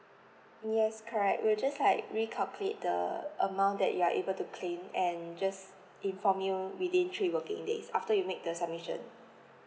yes correct we'll just like recalculate the amount that you are able to claim and just inform you within three working days after you make the submission